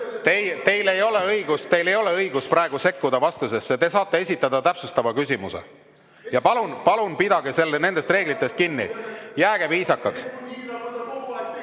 Teil ei ole õigust sekkuda vastusesse, te saate esitada täpsustava küsimuse. Palun pidage nendest reeglitest kinni! Jääge viisakaks!